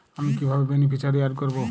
আমি কিভাবে beneficiary add করব?